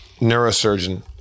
neurosurgeon